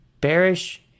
bearish